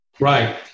Right